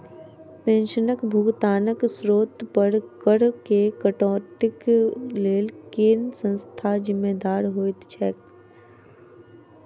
पेंशनक भुगतानक स्त्रोत पर करऽ केँ कटौतीक लेल केँ संस्था जिम्मेदार होइत छैक?